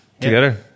Together